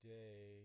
day